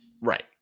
Right